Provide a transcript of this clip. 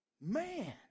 Man